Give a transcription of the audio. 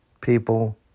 people